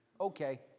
Okay